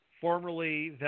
Formerly